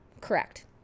Correct